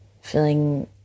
feeling